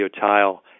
tile